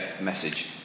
message